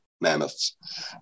mammoths